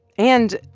and,